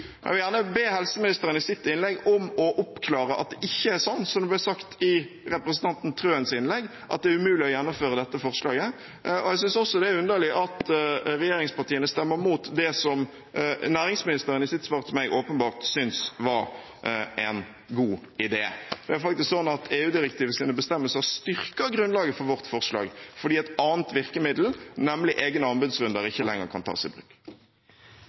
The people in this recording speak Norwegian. Jeg vil gjerne be helseministeren i sitt innlegg om å oppklare at det ikke er slik som det ble sagt i representanten Trøens innlegg, at det er umulig å gjennomføre dette forslaget. Jeg synes også det er underlig at regjeringspartiene stemmer mot det som næringsministeren i sitt svar til meg åpenbart syntes var en god idé. Det er faktisk slik at EU-direktivets bestemmelser styrker grunnlaget for vårt forslag, fordi et annet virkemiddel, nemlig egne anbudsrunder, ikke lenger kan tas i bruk.